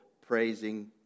praising